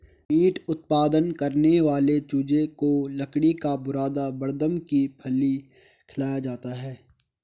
meet उत्पादन करने वाले चूजे को लकड़ी का बुरादा बड़दम की फली खिलाया जाता है